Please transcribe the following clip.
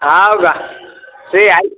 हो का ते आहेच